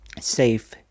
safe